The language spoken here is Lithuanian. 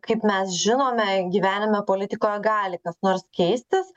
kaip mes žinome gyvenime politikoje gali kas nors keistis